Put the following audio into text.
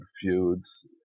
feuds